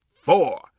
four